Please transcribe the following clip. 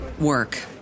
work